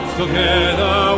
together